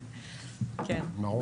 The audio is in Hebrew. ברור.